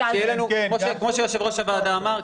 כמו שיושב-ראש הוועדה אמר,